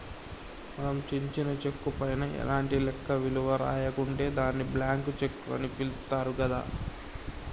మనం చించిన చెక్కు పైన ఎలాంటి లెక్క విలువ రాయకుంటే దాన్ని బ్లాంక్ చెక్కు అని పిలుత్తారు గదా